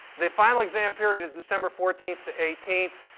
the final exam period is december fourteen to eighteen.